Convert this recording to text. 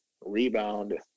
rebound